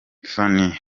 phanny